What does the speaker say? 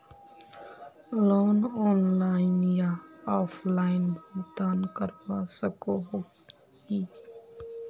Loan online या offline भुगतान करवा सकोहो ही?